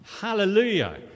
Hallelujah